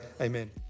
amen